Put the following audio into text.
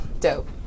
Dope